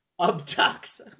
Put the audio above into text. Abducts